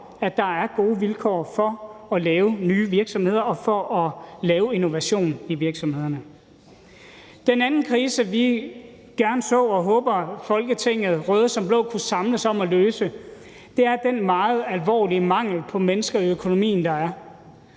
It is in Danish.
at der er gode vilkår for at lave nye virksomheder og for at lave innovation i virksomhederne. Den anden krise, vi gerne så Folketinget, røde som blå, kunne samles om at løse, er den meget alvorlige mangel på mennesker i økonomien, der er.